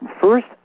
First